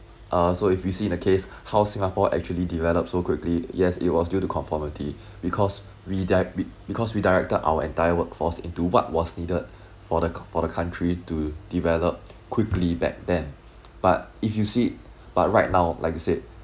uh so if you see in the case how singapore actually develop so quickly yes it was due to conformity because we dir~ because we directed our entire workforce into what was needed for the for the country to develop quickly back then but if you see it but right now like you said